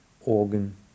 organ